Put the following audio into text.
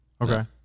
Okay